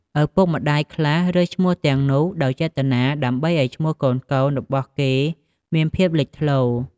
ឪពុកម្ដាយខ្លះរើសឈ្មោះទាំងនោះដោយចេតនា ដើម្បីឱ្យឈ្មោះកូនៗរបស់គេមានភាពលេចធ្លោ។